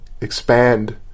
expand